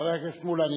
חבר הכנסת מולה,